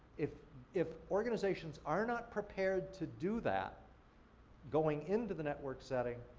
if if organizations are not prepared to do that going into the network setting,